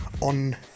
on